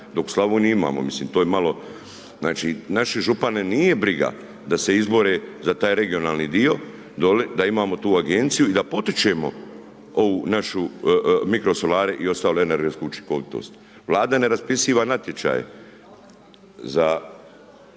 to je malo. Znači naše župane nije briga da se izbore za taj regionalni dio dolje, da imamo tu agenciju i da potičemo ovu našu, mikrosolare i ostalu energetsku učinkovitost. Vlada ne raspisuje natječaje za